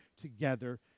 together